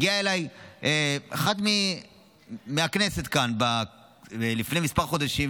הגיעה אליי אחת מהכנסת כאן לפני כמה חודשים,